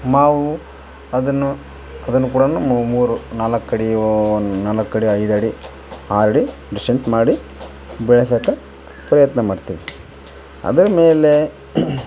ಮಾವು ಅದನ್ನು ಅದನ್ನು ಕೂಡ ನಮ್ಮ ಮೂರು ನಾಲ್ಕು ಅಡಿ ಒಂದು ನಾಲ್ಕು ಅಡಿ ಐದು ಅಡಿ ಆರು ಅಡಿ ಡಿಸೆಂಟ್ ಮಾಡಿ ಬೆಳ್ಸೋಕ ಪ್ರಯತ್ನ ಮಾಡ್ತಿವಿ ಅದ್ರ ಮೇಲೆ